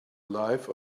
life